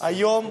היום